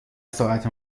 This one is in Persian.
ساعت